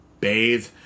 Bathe